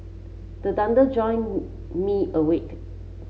join me awake